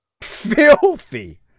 Filthy